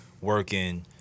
working